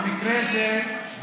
זה כרגע